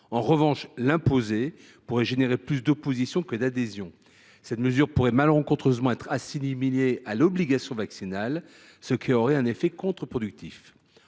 En revanche, imposer celle ci pourrait susciter plus d’opposition que d’adhésion. Cette mesure pourrait malencontreusement être assimilée à l’obligation vaccinale, ce qui aurait un effet contre productif.